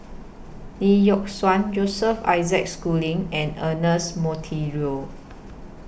Lee Yock Suan Joseph Isaac Schooling and Ernest Monteiro